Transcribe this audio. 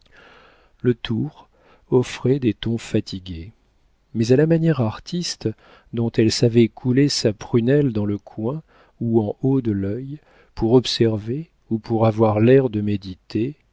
le tour offrait des tons fatigués mais à la manière artiste dont elle savait couler sa prunelle dans le coin ou en haut de l'œil pour observer ou pour avoir l'air de méditer